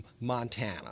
Montana